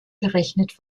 berechnet